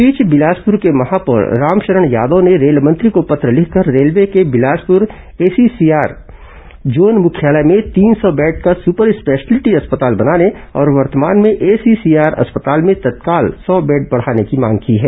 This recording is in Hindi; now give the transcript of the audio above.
इस बीच बिलासपुर के महापौर रामशरण यादव ने रेल मंत्री को पत्र लिखकर रेलवे के बिलासपुर एसईसी आर जोन मुख्यालय में तीन सौ बेड का सुपर स्पेशलिटी अस्पताल बनाने और वर्तमान एसईसीआर अस्पताल में तत्काल सौ बेड बढाने की मांग की है